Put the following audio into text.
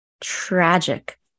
tragic